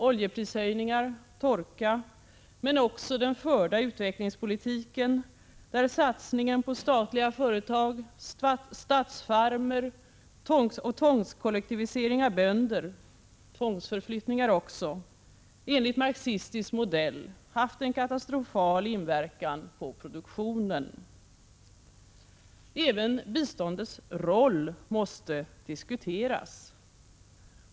Oljeprishöjningar, torka, men också den förda utvecklingspolitiken, där satsningen på statliga företag, statsfarmer och tvångskollektivisering av bönder — och även tvångsförflyttningar — enligt marxistisk modell haft en katastrofal inverkan på produktionen. Även biståndets roll måste diskuteras.